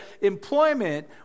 employment